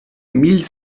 mille